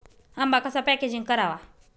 आंबा कसा पॅकेजिंग करावा?